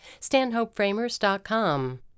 StanhopeFramers.com